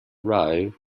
row